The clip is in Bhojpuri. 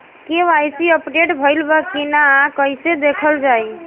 के.वाइ.सी अपडेट भइल बा कि ना कइसे देखल जाइ?